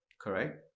correct